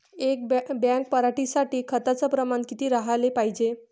एक बॅग पराटी साठी खताचं प्रमान किती राहाले पायजे?